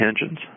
engines